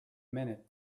minute